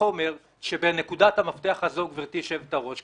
גברתי היושבת-ראש,